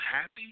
happy